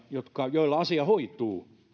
joilla asia hoituu